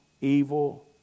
evil